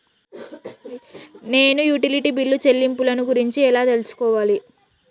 నేను utility bill చెల్లింపులను గురించి ఎలా తెలుసుకోవాలి?